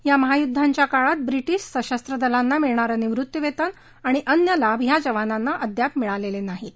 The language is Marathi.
या महायुध्दांच्या काळात ब्रिटिश सशस्त्र दलांना मिळणारं निवृत्तीवेतन आणि अन्य लाभ या जवानांना अद्याप मिळालेले नाहीत